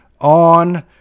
on